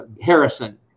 Harrison